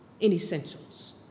Inessentials